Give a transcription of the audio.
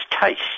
taste